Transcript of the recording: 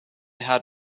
had